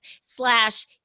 slash